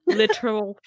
literal